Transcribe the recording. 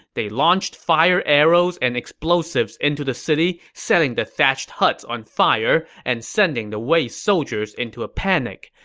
they launched fire arrows and explosives into the city, setting the thatched huts on fire and sending the wei soldiers into a panic.